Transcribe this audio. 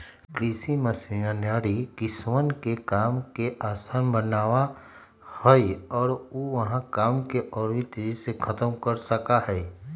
कृषि मशीनरी किसनवन के काम के आसान बनावा हई और ऊ वहां काम के और भी तेजी से खत्म कर सका हई